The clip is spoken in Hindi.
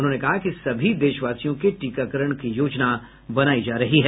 उन्होंने कहा कि सभी देशवासियों के टीकाकरण की योजना बनाई जा रही है